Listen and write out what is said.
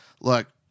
Look